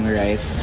right